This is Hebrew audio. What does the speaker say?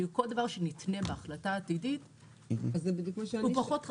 כי כל דבר שנתנה בהחליטה עתידית הוא פחות --- זה בדיוק מה שאני שאלתי.